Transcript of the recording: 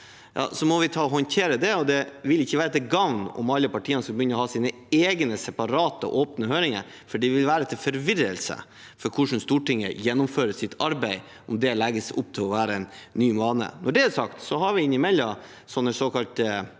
må vi håndtere det. Det vil ikke være til gavn om alle partiene skulle begynne å ha sine egne separate åpne høringer. Det vil være forvirrende for hvordan Stortinget gjennomfører sitt arbeid om det legges opp til å bli en ny vane. Når det er sagt, har vi innimellom større